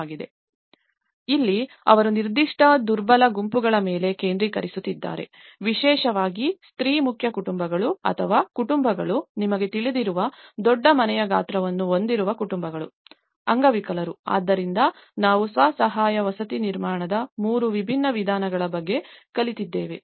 ಮತ್ತು ಇಲ್ಲಿ ಅವರು ನಿರ್ದಿಷ್ಟ ದುರ್ಬಲ ಗುಂಪುಗಳ ಮೇಲೆ ಕೇಂದ್ರೀಕರಿಸುತ್ತಿದ್ದಾರೆ ವಿಶೇಷವಾಗಿ ಸ್ತ್ರೀ ಮುಖ್ಯ ಕುಟುಂಬಗಳು ಅಥವಾ ಕುಟುಂಬಗಳು ನಿಮಗೆ ತಿಳಿದಿರುವ ದೊಡ್ಡ ಮನೆಯ ಗಾತ್ರವನ್ನು ಹೊಂದಿರುವ ಕುಟುಂಬಗಳು ಅಂಗವಿಕಲರು ಆದ್ದರಿಂದ ನಾವು ಸ್ವ ಸಹಾಯ ವಸತಿ ಪುನರ್ನಿರ್ಮಾಣದ ಮೂರು ವಿಭಿನ್ನ ವಿಧಾನಗಳ ಬಗ್ಗೆ ಕಲಿತಿದ್ದೇವೆ